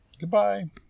Goodbye